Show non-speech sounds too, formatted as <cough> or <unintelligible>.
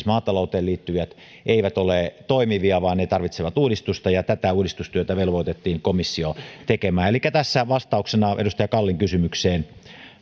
<unintelligible> maatalouteen liittyvät eivät ole toimivia vaan ne tarvitsevat uudistusta ja tätä uudistustyötä velvoitettiin komissio tekemään elikkä tässä vastauksena edustaja kallin kysymykseen